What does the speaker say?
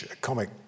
comic